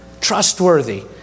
trustworthy